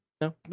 No